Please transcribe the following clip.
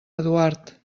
eduard